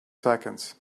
seconds